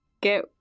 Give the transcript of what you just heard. get